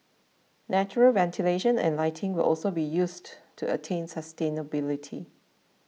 natural ventilation and lighting will also be used to attain sustainability